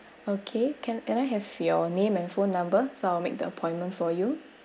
okay can can I have your name and phone number so I'll make the appointment for you